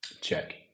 Check